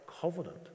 Covenant